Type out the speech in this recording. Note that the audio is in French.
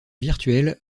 virtuel